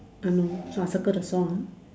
um no so I circle the saw ah